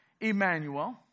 Emmanuel